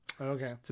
Okay